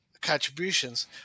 contributions